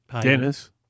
Dennis